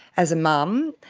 as a mum,